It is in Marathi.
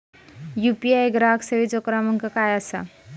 यू.पी.आय ग्राहक सेवेचो क्रमांक काय असा?